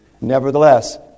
nevertheless